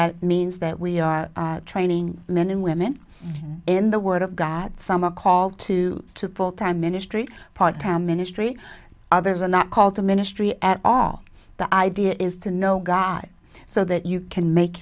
that means that we are training men and women in the word of god some a call to two full time ministry part time ministry others are not called to ministry at all the idea is to know god so that you can make